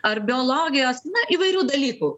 ar biologijos na įvairių dalykų